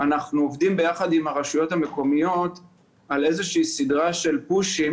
לעבוד ביחד עם הרשויות המקומיות על איזושהי סדרה של פושים